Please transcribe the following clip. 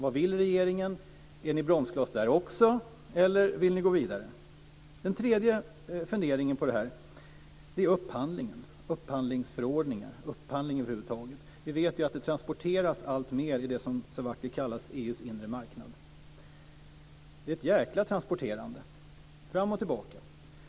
Vad vill regeringen? Är regeringen bromskloss där också, eller vill regeringen gå vidare? Ännu en fundering gäller upphandlingen, upphandlingsförordningar. Vi vet att det transporteras alltmer i det som så vackert kallas för EU:s inre marknad. Det är ett jäkla transporterande fram och tillbaka.